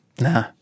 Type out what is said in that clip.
Nah